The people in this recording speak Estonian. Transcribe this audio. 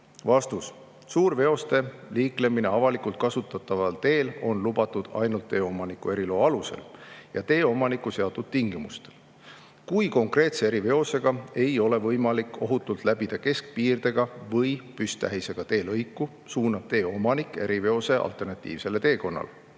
Suurveoste liiklemine avalikult kasutataval teel on lubatud ainult tee omaniku eriloa alusel ja tee omaniku seatud tingimustel. Kui konkreetse eriveosega ei ole võimalik ohutult läbida keskpiirdega või püsttähisega teelõiku, suunab tee omanik eriveose alternatiivsele teekonnale.